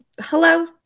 hello